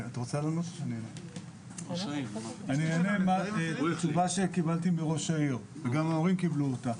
אני אענה את התשובה שאני וגם ההורים קיבלנו מראש העיר.